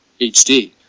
HD